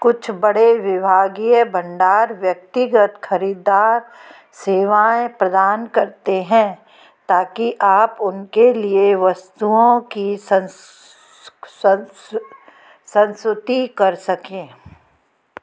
कुछ बड़े विभागीय भंडार व्यक्तिगत खरीदार सेवाएँ प्रदान करते हैं ताकि आप उनके लिए वस्तुओं की संस संस्तुति कर सकें